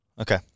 Okay